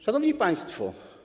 Szanowni Państwo!